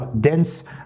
dense